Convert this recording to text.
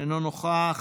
אינו נוכח,